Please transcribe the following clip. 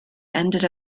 ended